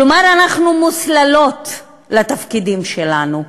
כלומר, אנחנו מוסללות לתפקידים שלנו.